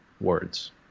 words